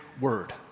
word